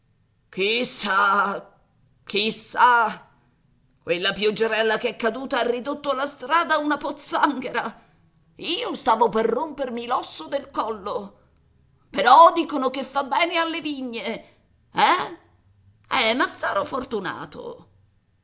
chissà chissà quella pioggerella ch'è caduta ha ridotto la strada una pozzanghera io stavo per rompermi il collo però dicono che fa bene alle vigne eh eh massaro fortunato